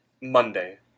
Monday